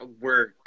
work